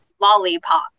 lollipop